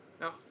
Now